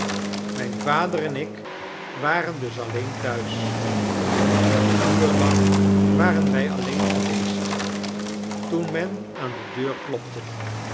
mijn vader en ik waren dus alleen thuis een uur lang waren wij alleen geweest toen men aan de deur klopte